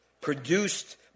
produced